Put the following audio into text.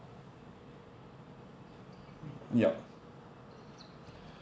yup